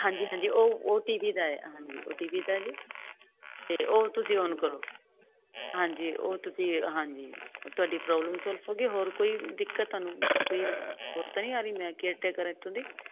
ਹਾਂਜੀ ਹਾਂਜੀ ਉਹ ਟੀਵੀ ਦਾ ਆ ਉਹ ਟੀਵੀ ਦਾ ਜੀ ਤੇ ਉਹ ਤੁਸੀਂ ਓਨ ਕਰੋ ਹਾਂਜੀ ਉਹ ਤੁਸੀਂ ਹਾਂਜੀ ਤੁਹਾਡੀ ਪ੍ਰੋਬਲਮ ਸੋਲਵ ਹੋਗੀ ਹੋਰ ਕੋਈ ਦਿੱਕਤ ਤੁਹਾਨੂੰ ਕੋਈ ਪਤਾ ਨਹੀਂ ਆ ਰਹੀ ਮੈਂ ਕਿਥੋਂ ਕਰ ਇਥੋਂ ਦੀ